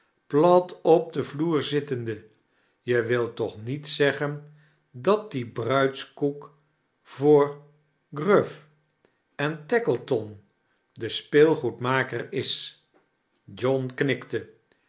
plat op den vloer zittende je wilt toch niet zeggen dat die braids koek voor gruff en taekleton den speelgoedmaket is john kndkte